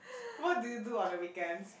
what do you do on the weekends